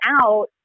out